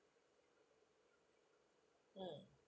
mm